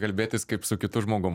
kalbėtis kaip su kitu žmogum